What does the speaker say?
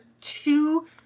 two